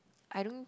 I don't